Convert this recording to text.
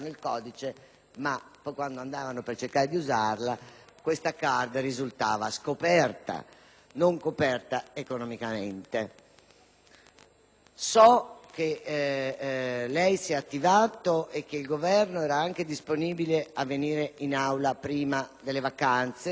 essa risultava scoperta (insomma, non coperta economicamente). So che lei si è attivato e che il Governo era anche disponibile a venire in Aula prima delle vacanze, ma poi la seduta